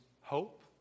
hope